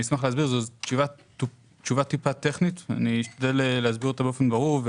תשובה טיפה טכנית, אשתדל להסביר אותה באופן ברור.